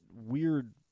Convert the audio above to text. weird